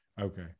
okay